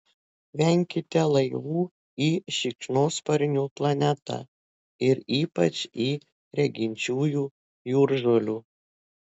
venkite laivų į šikšnosparnių planetą ir ypač į reginčiųjų jūržolių